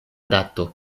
dato